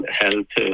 health